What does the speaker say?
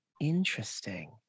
Interesting